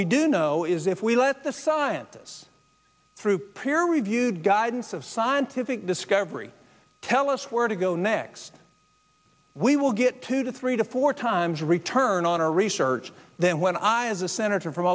we do know is if we let the scientists through peer reviewed guidance of scientific discovery tell us where to go next we will get two to three to four times return on our research then when i as a senator from